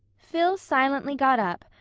phil silently got up,